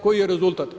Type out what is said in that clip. Koji je rezultat?